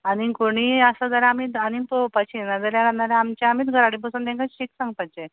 आनी कोणीय आसा जाल्यार आमी दा आनी पळोवपाचें नाजाल्यार नाल्यार आमच्या आमीच घराकडेन बसोवन तेंकां शीक सांगपाचें